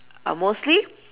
are mostly